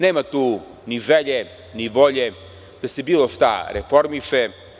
Nema tu ni želje, ni volje da se bilo šta reformiše.